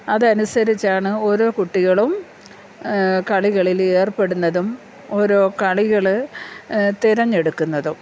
അത് അനുസരിച്ചാണ് ഓരോ കുട്ടികളും കളികളിൽ ഏർപ്പെടുന്നതും ഓരോ കളികൾ തിരഞ്ഞെടുക്കുന്നതും